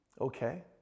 Okay